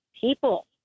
people